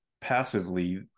passively